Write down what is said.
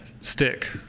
Stick